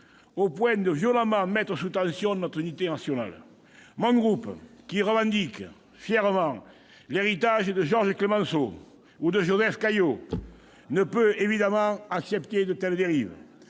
au point de violemment mettre sous tension notre unité nationale. Mon groupe, qui revendique fièrement l'héritage de Georges Clemenceau et de Joseph Caillaux, ne peut évidemment accepter de telles dérives.